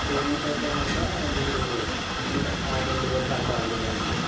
three months అయితే కనుక మీరు ఇంత రెండు వేలు కడతారా అండి నెలకి